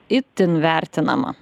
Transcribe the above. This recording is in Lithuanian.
itin vertinama